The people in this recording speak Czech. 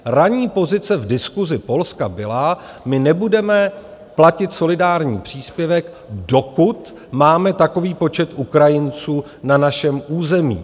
Ranní pozice v diskusi Polska byla, my nebudeme platit solidární příspěvek, dokud máme takový počet Ukrajinců na našem území.